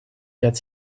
fährt